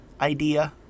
idea